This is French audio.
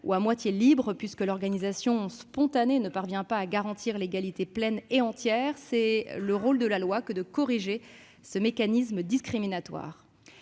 ou à moitié libre : puisque l'organisation spontanée ne parvient pas à garantir l'égalité pleine et entière, la seule réelle, c'est le rôle de la loi de corriger ce mécanisme discriminatoire.